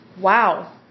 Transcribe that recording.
wow